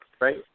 right